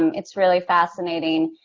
it's really fascinating.